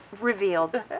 revealed